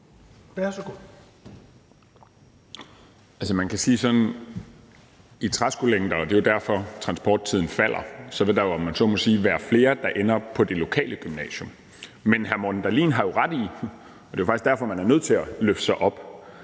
har så gode